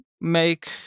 make